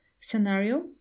scenario